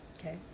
okay